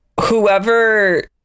Whoever